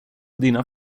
dina